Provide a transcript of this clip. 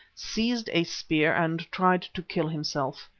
seized a spear and tried to kill himself.